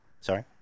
Sorry